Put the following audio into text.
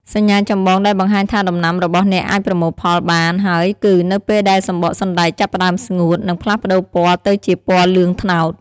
សញ្ញាចម្បងដែលបង្ហាញថាដំណាំរបស់អ្នកអាចប្រមូលផលបានហើយគឺ នៅពេលដែលសំបកសណ្ដែកចាប់ផ្ដើមស្ងួត និងផ្លាស់ប្ដូរពណ៌ទៅជាពណ៌លឿងត្នោត។